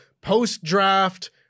post-draft